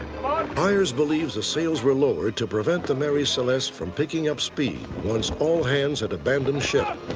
byers believes the sails were lowered to prevent the mary celeste from picking up speed once all hands had abandoned ship.